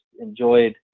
enjoyed